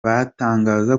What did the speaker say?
batangaza